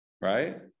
right